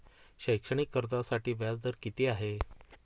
शैक्षणिक कर्जासाठी व्याज दर किती आहे?